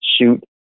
shoot